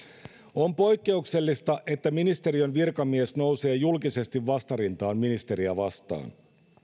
on poikkeuksellista että ministeriön virkamies nousee julkisesti vastarintaan ministeriä vastaan